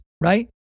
right